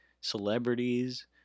celebrities